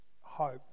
hope